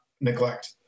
neglect